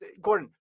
Gordon